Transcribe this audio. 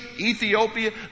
Ethiopia